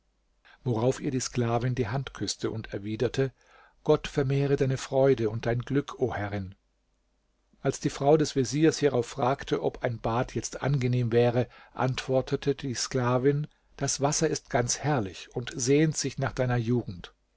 worauf ihr die sklavin die hand küßte und erwiderte gott vermehre deine freude und dein glück o herrin als die frau des veziers hierauf fragte ob ein bad jetzt angenehm wäre antwortete die sklavin das wasser ist ganz herrlich und sehnt sich nach deiner jugend